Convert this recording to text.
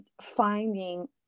finding